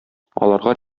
аларга